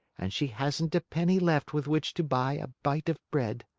and she hasn't a penny left with which to buy a bite of bread.